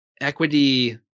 equity